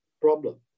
problem